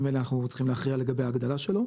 אלה אנחנו צריכים להכריע לגבי ההגדלה שלו,